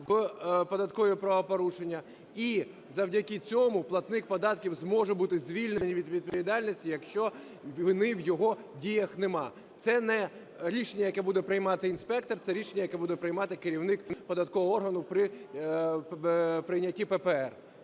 І завдяки цьому платник податків зможе бути звільнений від відповідальності, якщо вини в його діях нема. Це не рішення, яке буде приймати інспектор. Це рішення, яке буде приймати керівник податкового органу при прийнятті ППР.